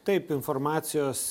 taip informacijos